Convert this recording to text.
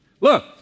Look